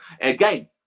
Again